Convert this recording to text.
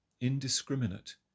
indiscriminate